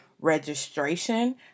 registration